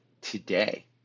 today